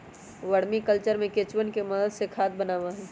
vermi culture में केंचुवन के मदद से खाद बनावा हई